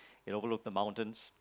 it overlooked the mountains